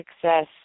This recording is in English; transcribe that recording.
success